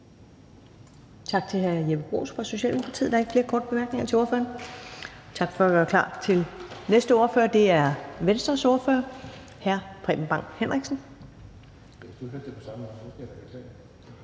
Tak til hr. Jeppe Bruus fra Socialdemokratiet. Der er ikke flere korte bemærkninger til ordføreren. Tak for at gøre klar til den næste ordfører, og det er Venstres ordfører, hr. Preben Bang Henriksen.